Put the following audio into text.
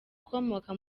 ukomoka